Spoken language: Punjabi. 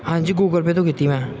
ਹਾਂਜੀ ਗੂਗਲ ਪੇਅ ਤੋਂ ਕੀਤੀ ਮੈਂ